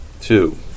two